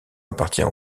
appartient